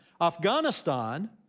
Afghanistan